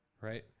right